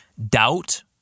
Doubt